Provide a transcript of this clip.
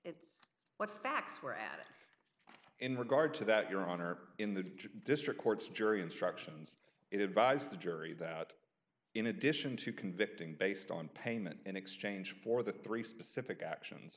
mean what facts were and in regard to that your honor in the district court's jury instructions it advised the jury that in addition to convicting based on payment in exchange for the three specific actions